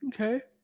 Okay